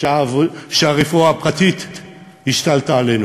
שהרפואה הפרטית השתלטה עלינו.